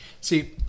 See